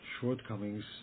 shortcomings